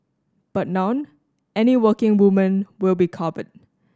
but now any working woman will be covered